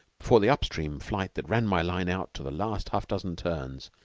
before the up-stream flight that ran my line out to the last half-dozen turns,